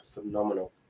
phenomenal